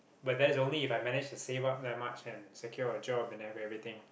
but that is only If I manage to save up that much and secure a job and have everything